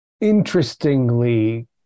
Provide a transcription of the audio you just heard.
interestingly